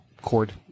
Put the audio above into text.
cord